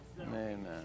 Amen